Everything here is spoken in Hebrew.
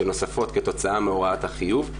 שנוספות כתוצאה מהוראת החיוב,